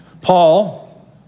Paul